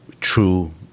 true